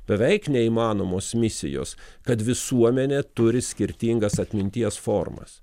beveik neįmanomos misijos kad visuomenė turi skirtingas atminties formas